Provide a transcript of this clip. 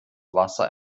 wasser